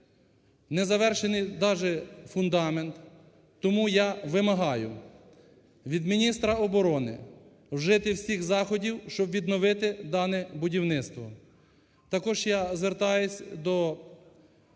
незавершений даже фундамент. Тому я вимагаю від міністра оборони, вжити всіх заходів, щоб відновити дане будівництво.